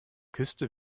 küste